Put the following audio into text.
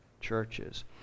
churches